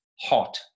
hot